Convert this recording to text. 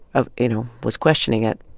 ah you know, was questioning it